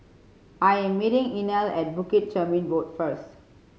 I am meeting Inell at Bukit Chermin Road first